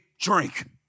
drink